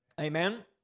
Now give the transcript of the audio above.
Amen